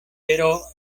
pero